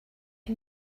you